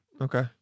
Okay